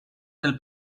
del